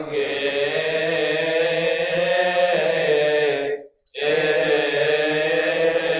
a a